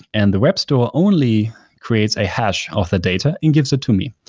and the web store only creates a hash of the data and gives it to me.